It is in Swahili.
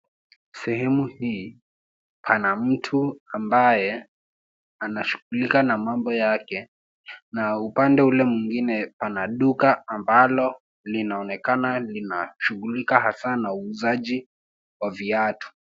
Sehemu hii pana mtu ambaye anashughulika na mambo yake na upande ule mwingine pana duka ambalo linaonekana lina shughulika hasa na uuzaji wa viatu.